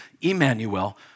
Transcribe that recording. Emmanuel